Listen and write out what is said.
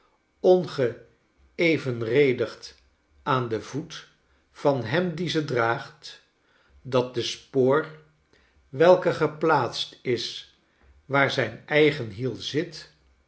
ongeevenredigd aan den voet van hem die ze draagt dat de spoor welke geplaatst is waar zijn eigen hiel zit